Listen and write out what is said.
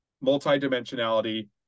Multi-dimensionality